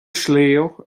sliabh